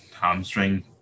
hamstring